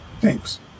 Thanks